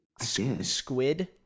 Squid